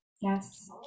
Yes